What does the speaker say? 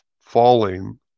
falling